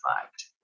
fact